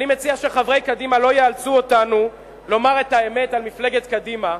אני מציע שחברי קדימה לא יאלצו אותנו לומר את האמת על מפלגת קדימה,